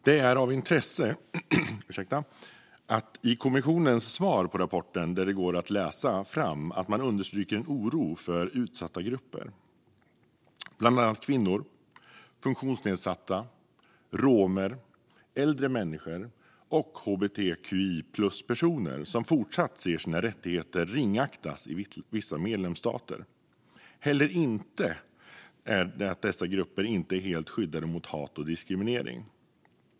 Det är av intresse att det i kommissionens svar på rapporten går att läsa fram att man understryker en oro över att utsatta grupper, bland annat kvinnor, funktionsnedsatta, romer, äldre människor och hbtqi+-personer, fortsätter att se sina rättigheter ringaktas i vissa medlemsstater. Dessa grupper är inte heller helt skyddade mot hat och diskriminering.